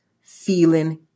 feeling